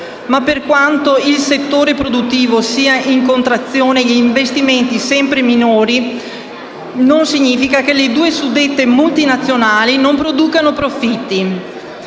ma, per quanto il settore produttivo sia in contrazione e gli investimenti sempre minori, non significa che le due suddette multinazionali non producano profitti.